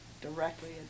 directly